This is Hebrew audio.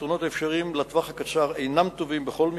הפתרונות האפשריים לטווח הקצר אינם טובים בכל מקרה.